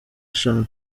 eshanu